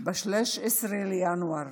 ב-13 בינואר